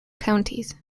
counties